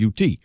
UT